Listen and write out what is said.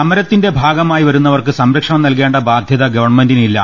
സമരത്തിന്റെ ഭാഗമായി വരു ന്നവർക്ക് സംരക്ഷണം നൽകേണ്ട ബാധ്യത ഗവൺമെന്റിനി ല്ല